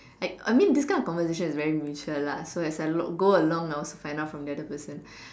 like I mean this kind of conversation is very mutual lah so as I go along I'll also find out from the other person